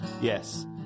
Yes